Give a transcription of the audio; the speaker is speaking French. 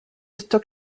stock